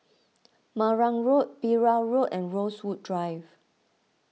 Marang Road Perahu Road and Rosewood Drive